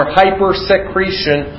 hypersecretion